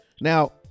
Now